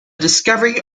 discovery